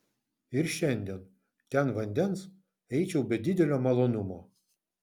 ir šiandien ten vandens eičiau be didelio malonumo